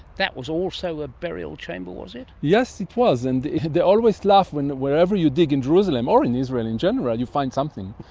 that was also a burial chamber was it? yes, it was, and they always laugh that wherever you dig in jerusalem or in israel in general you find something,